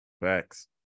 Facts